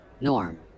Norm